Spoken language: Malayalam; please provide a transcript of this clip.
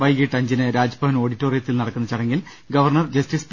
വൈകിട്ട് അഞ്ചിന് രാജ്ഭവൻ ഓഡിറ്റോറിയത്തിൽ നടക്കുന്ന ചടങ്ങിൽ ഗവർണർ ജസ്റ്റിസ് പി